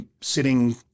sitting